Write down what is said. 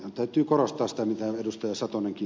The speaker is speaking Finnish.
täytyy korostaa sitä mitä ed